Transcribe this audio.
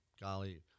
golly